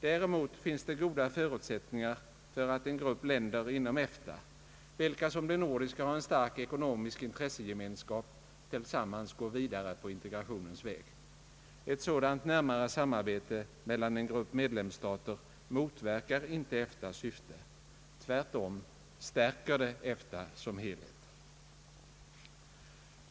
Däremot finns det goda förutsättningar för att en grupp länder inom EFTA, vilka som de nordiska har en stark ekonomisk intressegemenskap, tillsammans går vidare på integrationens väg. Ett sådant närmare samarbete mellan en grupp medlemsstater motverkar inte EFTA:s syfte. Tvärtom stärker det EFTA som helhet.